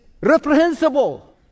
reprehensible